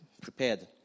prepared